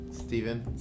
Stephen